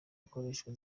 ikoreshwa